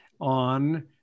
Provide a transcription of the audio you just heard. on